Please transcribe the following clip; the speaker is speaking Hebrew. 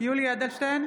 יולי יואל אדלשטיין,